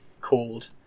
called